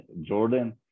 Jordan